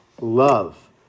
love